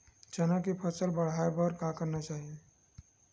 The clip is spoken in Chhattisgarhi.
चना के फसल बढ़ाय बर का करना चाही?